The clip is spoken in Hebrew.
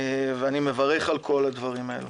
ואני מברך על כל הדברים האלה.